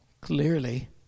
clearly